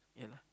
yeah lah